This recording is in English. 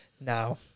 Now